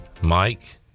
Mike